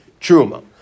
truma